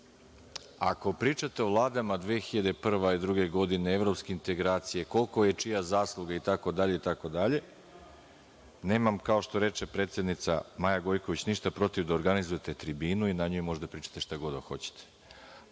pričate o vladama 2001, 2002. godine, evropske integracije, koliko je čija zasluga itd, itd. nemam kao što reče predsednica Maja Gojković ništa protiv da organizujete tribine i na njima možete da pričate šta god hoćete.